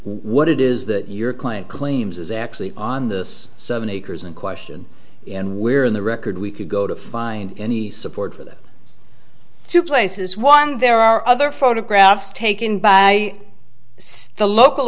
what it is that your client claims is actually on this seven acres in question and we're in the record we could go to find any support for the two places one there are other photographs taken by the local